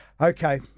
Okay